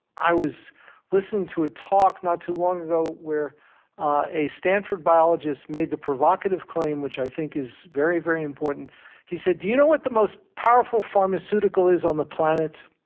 i was listening to a talk not too long ago where ah a stanford biologist made the provocative claim, which i think is very very important he said, do you know what the most powerful pharmaceutical is on the planet?